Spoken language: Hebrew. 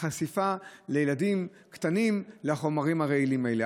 החשיפה של ילדים קטנים לחומרים הרעילים האלה.